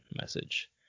message